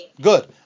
Good